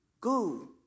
Go